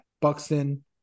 Buxton